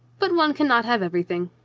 but one can not have everything.